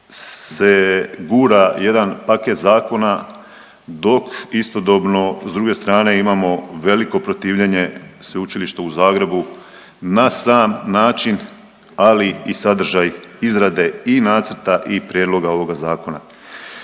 se gura jedan paket zakona dok istodobno s druge strane imamo veliko protivljenje Sveučilišta u Zagrebu na sam način, ali i sadržaj izrade i nacrta i prijedloga ovoga Zakona.